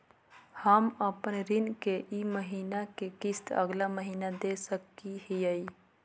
हम अपन ऋण के ई महीना के किस्त अगला महीना दे सकी हियई?